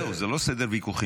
זהו, זה לא סדר ויכוחים.